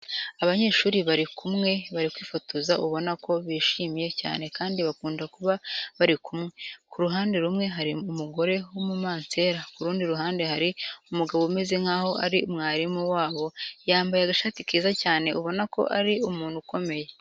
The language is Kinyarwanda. Abanyeshuri bari kumwe bari kwifotoza ubona ko bishimye cyane kandi bakunda kuba bari kumwe. Ku ruhande rumwe hari umugore w'umumansera, ku rundi ruhande hari umugabo umeze nk'aho ari mwarimu wabo yambaye agashati keza cyane ubona ko ari umuntu ukomeye.